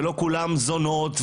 זה לא שכולם זונות,